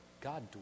God